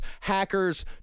hackers—